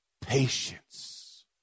patience